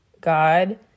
God